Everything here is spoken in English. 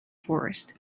forest